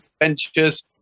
adventures